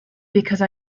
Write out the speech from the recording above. because